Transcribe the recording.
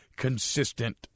consistent